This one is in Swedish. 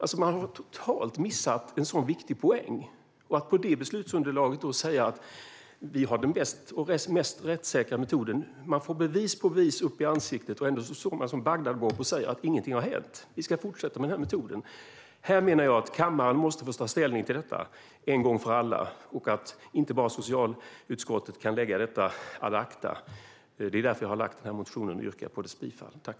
Man har alltså totalt missat en så viktig poäng. Med det beslutsunderlaget säger verket att man har den bästa och mest rättssäkra metoden. Man får bevis på bevis i ansiktet, ändå står man som Bagdad Bob och säger att ingenting har hänt och att man ska fortsätta att använda metoden. Här menar jag att kammaren måste få ta ställning till frågan en gång för alla. Socialutskottet kan inte bara lägga frågan ad acta. Det är därför jag har väckt motionen och yrkat bifall till den.